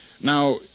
Now